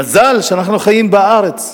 מזל שאנחנו חיים בארץ,